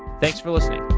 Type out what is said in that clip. thanks for listening.